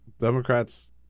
Democrats